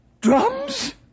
Drums